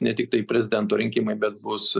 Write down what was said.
ne tiktai prezidento rinkimai bet bus